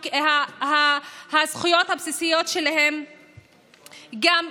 גם הזכויות הבסיסיות שלהם ייפגעו.